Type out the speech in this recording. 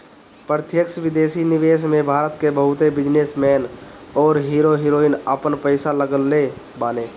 प्रत्यक्ष विदेशी निवेश में भारत के बहुते बिजनेस मैन अउरी हीरो हीरोइन आपन पईसा लगवले बाने